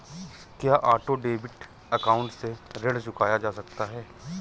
क्या auto debit account से ऋण चुकाया जा सकता है?